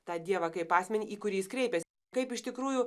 tą dievą kaip asmenį į kurį jis kreipias kaip iš tikrųjų